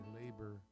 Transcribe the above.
labor